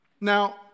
Now